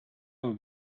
would